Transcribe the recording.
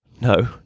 no